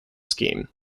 scheme